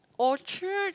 Orchard